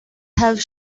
have